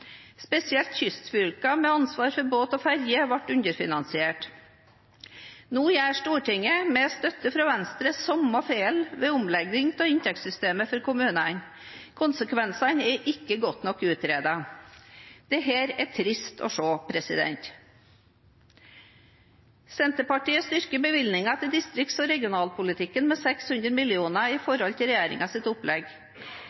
Spesielt kystfylkene, med ansvar for båt- og ferjedrift, ble underfinansiert. Nå gjør Stortinget, med støtte fra Venstre, samme feilen ved omleggingen av inntektssystemet for kommunene. Konsekvensene er ikke godt nok utredet. Dette er trist å se. Senterpartiet styrker bevilgningene til distrikts- og regionalpolitikken med 600 mill. kr i